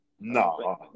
No